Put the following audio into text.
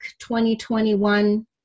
2021